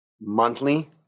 Monthly